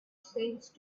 sense